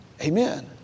Amen